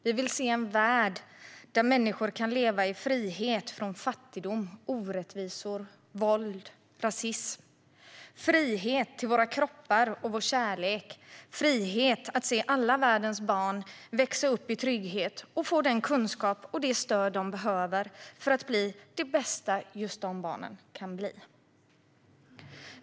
Vi vill se en värld där människor kan leva i frihet från fattigdom, orättvisor, våld och rasism, frihet till våra kroppar och till vår kärlek och frihet att se alla världens barn växa upp i trygghet och få den kunskap och det stöd de behöver för att bli det bästa som just dessa barn kan bli.